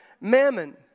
mammon